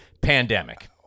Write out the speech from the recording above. Pandemic